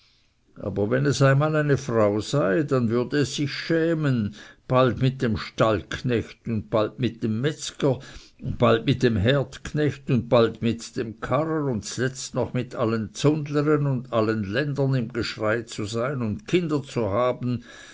aber wenn es einmal eine frau sei dann würde es sich schämen bald mit dem stallknecht und bald mit dem metzger bald mit dem herdknecht und bald mit dem karrer und zletzt noch mit allen zundleren und allen ländern im geschrei zu sein und kinder zu haben